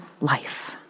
life